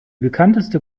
bekannteste